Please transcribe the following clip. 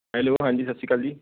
hello ਹਾਂਜੀ ਸਤਿ ਸ਼੍ਰੀ ਅਕਾਲ ਜੀ